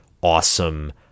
awesome